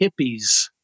hippies